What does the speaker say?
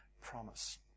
promise